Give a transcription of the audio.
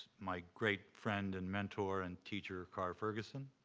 my great friend and mentor and teacher, carr ferguson,